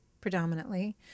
predominantly